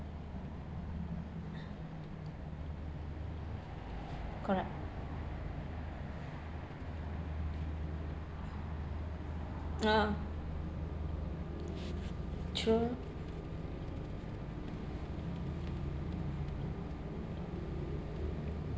correct oh true